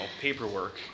paperwork